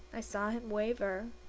i saw him waver.